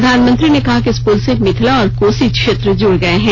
प्रधानमंत्री ने कहा कि इस पुल से मिथिला और कोसी क्षेत्र जुड़ गए हैं